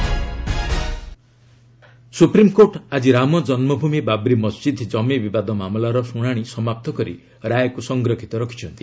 SC Ayodhya supreme court ଆଜି ରାମ କନ୍କଭୂମି ବାବ୍ରି ମସ୍ଜିଦ୍ କମି ବିବାଦ ମାମଲାର ଶୁଣାଣି ସମାପ୍ତ କରି ରାୟକୁ ସଂରକ୍ଷିତ ରଖିଛନ୍ତି